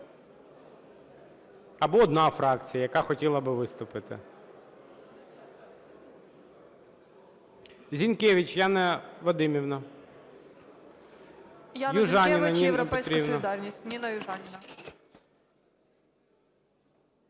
Або одна фракція, яка хотіла би виступити.